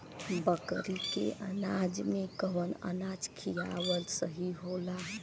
बकरी के अनाज में कवन अनाज खियावल सही होला?